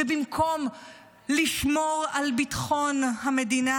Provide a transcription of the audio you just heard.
במקום לשמור על ביטחון המדינה,